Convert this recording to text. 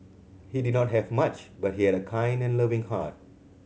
he did not have much but he had a kind and loving heart